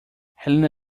helena